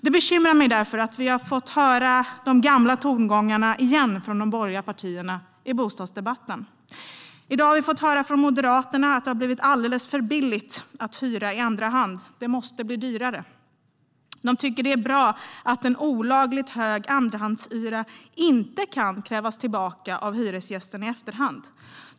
Det bekymrar mig därför att vi återigen har fått höra de gamla tongångarna från de borgerliga partierna i bostadsdebatten. I dag har vi fått höra från Moderaterna att det har blivit alldeles för billigt att hyra i andra hand. Det måste bli dyrare. De tycker att det är bra att en olagligt hög andrahandshyra inte kan krävas tillbaka av hyresgästen i efterhand.